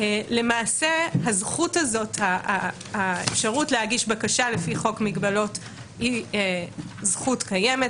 למעשה האפשרות להגיש בקשה לפי חוק מגבלות היא זכות קיימת,